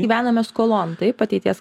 gyvename skolon taip ateities